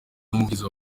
n’umuvugizi